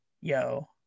yo